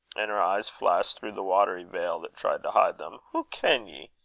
and her eyes flashed through the watery veil that tried to hide them, hoo can ye?